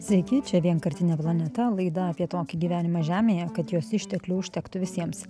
sveiki čia vienkartinė planeta laida apie tokį gyvenimą žemėje kad jos išteklių užtektų visiems